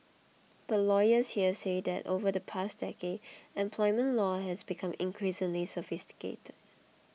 but lawyers here say that over the past decade employment law has become increasingly sophisticated